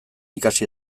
ikasi